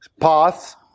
paths